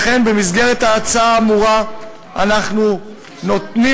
לכן במסגרת ההצעה האמורה אנחנו נותנים